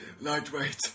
lightweight